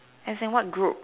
as in what group